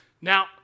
Now